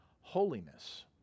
holiness